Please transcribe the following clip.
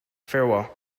farewell